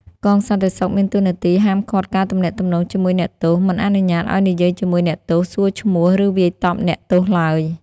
កងសន្តិសុខមានតួនាទី ហាមឃាត់ការទំនាក់ទំនងជាមួយអ្នកទោស មិនអនុញ្ញាតឱ្យនិយាយជាមួយអ្នកទោស សួរឈ្មោះ ឬវាយតប់អ្នកទោសឡើយ។